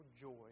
joy